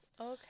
Okay